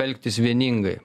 elgtis vieningai